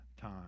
time